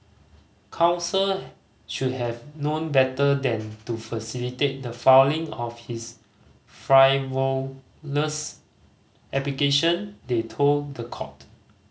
counsel should have known better than to facilitate the falling of this frivolous application they told the court